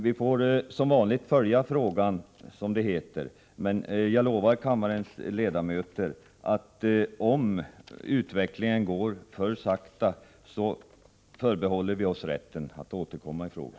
Vi får som vanligt följa frågan, som det heter, och jag lovar kammarens ledamöter att vi, om utvecklingen går för sakta, återkommer i frågan.